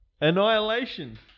Annihilation